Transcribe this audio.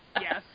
Yes